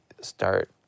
start